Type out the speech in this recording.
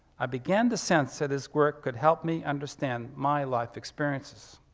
i began to sense that his work could help me understand my life experiences.